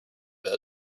bit